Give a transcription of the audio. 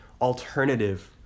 alternative